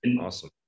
awesome